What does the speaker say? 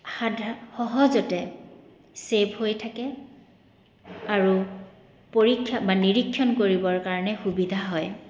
সাধা সহজতে ছেভ হৈ থাকে আৰু পৰীক্ষা বা নিৰীক্ষণ কৰিবৰ কাৰণে সুবিধা হয়